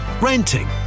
renting